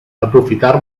aprofitar